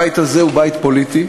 הבית הזה הוא בית פוליטי,